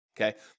Okay